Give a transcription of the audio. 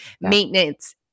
Maintenance